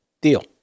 Deal